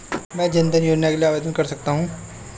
क्या मैं जन धन योजना के लिए आवेदन कर सकता हूँ?